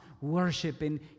worshiping